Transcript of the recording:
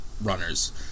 runners